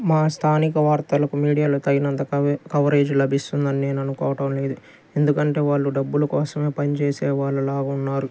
మా స్థానిక వార్తలకు మీడియాలో తగినంత కవ కవరేజ్ లభిస్తుందని నేను అనుకోవడం లేదు ఎందుకంటే వాళ్ళు డబ్బులు కోసమే పని చేసే వాళ్ళ లాగా ఉన్నారు